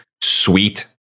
sweet